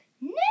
No